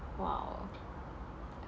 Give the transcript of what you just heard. !wow!